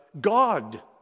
God